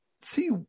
see